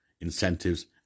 incentives